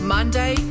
Monday